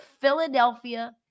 Philadelphia